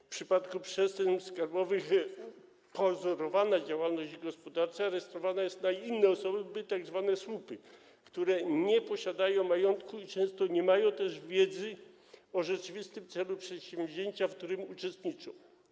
W przypadku przestępstw skarbowych pozorowana działalność gospodarcza rejestrowana jest na inne osoby, tzw. słupy, które nie posiadają majątku i często nie mają też wiedzy o rzeczywistym celu przedsięwzięcia, w którym uczestniczą.